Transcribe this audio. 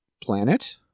planet